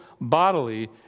bodily